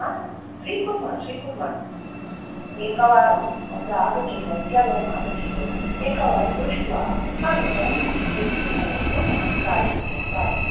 स्वीकुर्मः स्वीकुर्मः एकवारम् अत्र आगच्छतु वैद्यालयम् आगच्छतु एकवारं दृष्ट्वा अनन्तरम् एक्स् रे सर्वं कुर्मः सायं पर्य सायम्